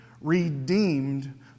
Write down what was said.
redeemed